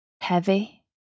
heavy